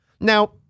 Now